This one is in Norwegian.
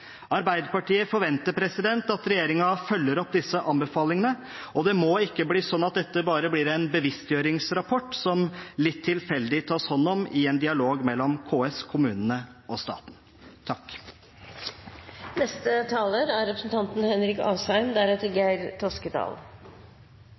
Arbeiderpartiet forventer at regjeringen følger opp disse anbefalingene. Det må ikke bli slik at dette bare blir en bevisstgjøringsrapport, som litt tilfeldig tas hånd om i en dialog mellom KS, kommunene og staten. Jeg vil stille meg i rekken av alle de representantene som roser dette forslaget. Det er